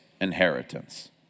inheritance